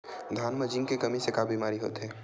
धान म जिंक के कमी से का बीमारी होथे?